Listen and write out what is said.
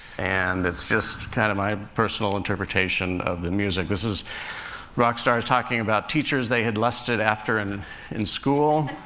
and it's just kind of my personal interpretation of the music. this is rockstars talking about teachers they had lusted after and in school.